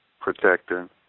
protecting